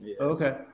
Okay